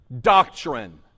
Doctrine